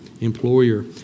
employer